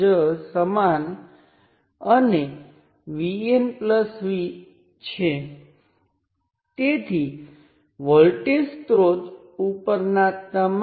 હવે જો હું તેને I1 વડે બદલું તો હું આશા રાખું કે ત્યાં વોલ્ટેજ V1 હશે